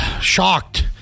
shocked